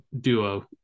duo